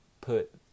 put